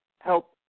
help